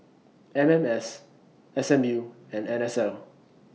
M M S S M U and N S L